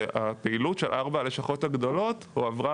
והפעילות של ארבע הלשכות הגדולות הועברה,